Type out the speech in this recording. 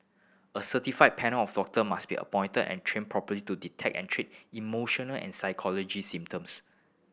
a certified panel of doctor must be appointed and trained properly to detect and treat emotional and symptoms